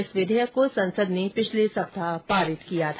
इस विधेयक को संसद ने पिछले सप्ताह पारित किया था